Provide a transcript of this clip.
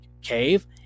cave